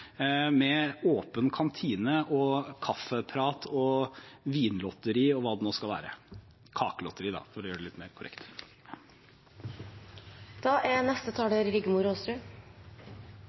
med åpen kantine, kaffeprat, vinlotteri og hva det nå skal være – eller kakelotteri, da, for å være litt mer